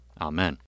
Amen